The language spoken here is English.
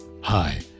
Hi